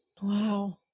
Wow